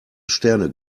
sterne